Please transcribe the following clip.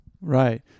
right